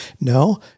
no